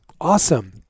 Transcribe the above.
Awesome